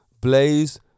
Blaze